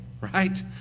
right